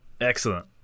Excellent